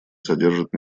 содержит